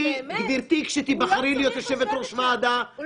הוא לא צריך לשבת פה.